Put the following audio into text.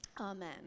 amen